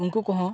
ᱩᱱᱠᱩ ᱠᱚᱦᱚᱸ